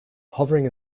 hovering